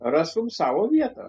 rastum savo vietą